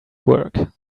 work